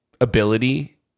ability